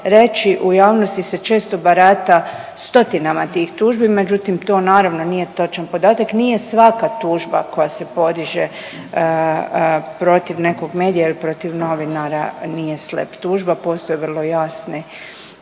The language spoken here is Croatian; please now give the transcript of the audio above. reći, u javnosti se često barata stotinama tih tužbi, međutim to naravno nije točan podatak. Nije svaka koja se podiže protiv nekog medija ili protiv novinara nije SLAPP tužba. Postoje vrlo jasni